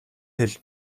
хэл